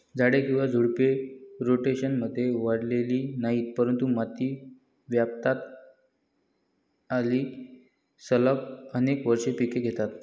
झाडे किंवा झुडपे, रोटेशनमध्ये वाढलेली नाहीत, परंतु माती व्यापतात आणि सलग अनेक वर्षे पिके घेतात